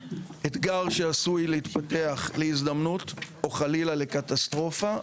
אתגר שעשוי להתפתח להזדמנות או חלילה לקטסטרופה ולכאוס.